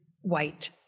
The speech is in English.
white